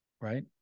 Right